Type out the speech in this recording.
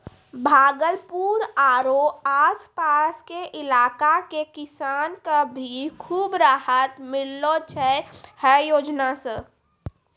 भागलपुर आरो आस पास के इलाका के किसान कॅ भी खूब राहत मिललो छै है योजना सॅ